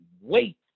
wait